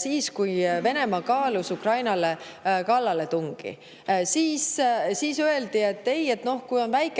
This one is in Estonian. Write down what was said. siis, kui Venemaa kaalus kallaletungi Ukrainale. Siis öeldi umbes, et ei noh, kui on väike kallaletung,